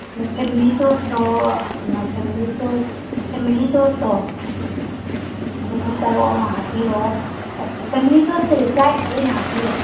family ꯇꯣꯁꯇꯣ family ꯇꯣꯁꯇꯣ ꯑꯗꯨꯁꯨ ꯇꯔꯨꯛ ꯑꯃ ꯍꯥꯞꯄꯤꯔꯣ ꯐꯦꯃꯤꯂꯤ ꯇꯣꯁꯇꯨꯗꯤ ꯇꯔꯥꯅꯤꯊꯣꯏ ꯑꯣꯏꯅ ꯍꯥꯞꯄꯤꯔꯣ